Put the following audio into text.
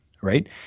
Right